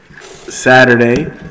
Saturday